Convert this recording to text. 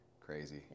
Crazy